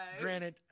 granted